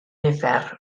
nifer